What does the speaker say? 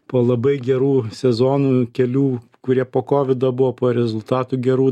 po labai gerų sezonų kelių kurie po kovido buvo po rezultatų gerų